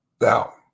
now